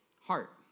heart